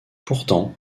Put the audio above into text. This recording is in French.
pourtant